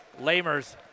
Lamers